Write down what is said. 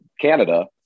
Canada